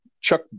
Chuck